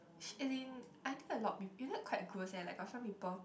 as in I think a lot of is it quite close eh got some people